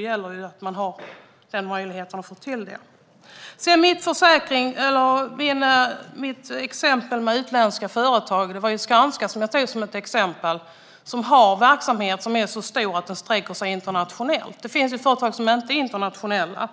gäller att man har möjligheten att få till det. Låt mig slutligen säga något om mitt exempel med utländska företag. Jag tog Skanska som ett exempel eftersom man har verksamhet som är så stor att den sträcker sig internationellt. Det finns ju företag som inte är internationella.